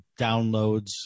downloads